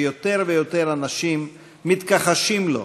שיותר ויותר אנשים מתכחשים לו,